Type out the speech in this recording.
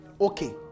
Okay